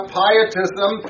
pietism